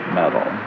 metal